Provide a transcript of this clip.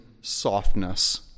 softness